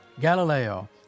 Galileo